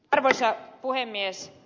arvoisa puhemies